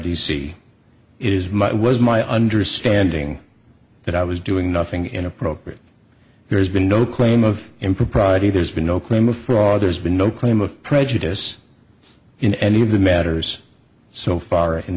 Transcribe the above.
my was my understanding that i was doing nothing inappropriate there's been no claim of impropriety there's been no claim of fraud there's been no claim of prejudice in any of the matters so far i